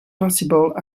possible